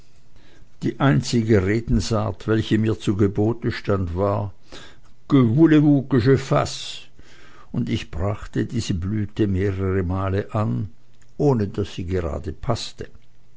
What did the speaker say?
die einzige redensart welche mir zu gebote stand war que voulez vous que je fasse und ich brachte diese blüte mehrere male an ohne daß sie gerade paßte